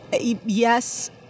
yes